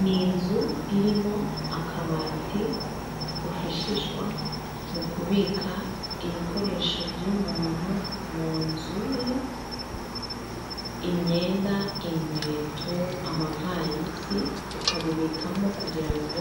Ni inzu irimo akabati gafashishwa mu kubika ibikoresho by'umuntu mu nzu ye imyenda, inkweto, amavarize ukabibikamo kugira ngo